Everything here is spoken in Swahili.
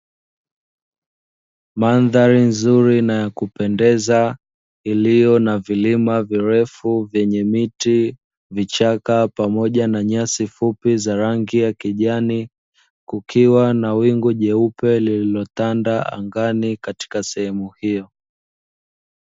Mandhari nzuri na ya kupendeza iliyo na vilima virefu vyenye miti, vichaka pamoja na nyasi fupi za rangi ya kijani, kukiwa na wingu jeupe lililotanda angani katika sehemu hiyo.